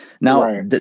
Now